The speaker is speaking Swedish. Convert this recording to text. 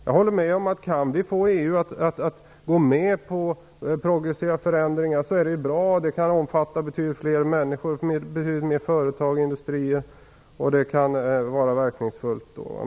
Jag håller med om att om vi kan få EU att gå med på progressiva förändringar så är det bra. Det kan omfatta betydligt fler människor, företag och industrier, vilket då kan vara verkningsfullt.